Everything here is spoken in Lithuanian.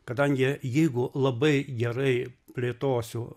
kadangi jeigu labai gerai plėtosiu